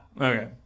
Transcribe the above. Okay